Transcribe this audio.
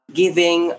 giving